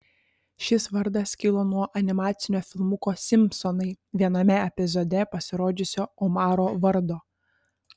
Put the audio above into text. šis vardas kilo nuo animacinio filmuko simpsonai viename epizode pasirodžiusio omaro vardo